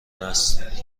است